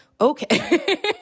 Okay